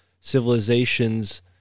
civilizations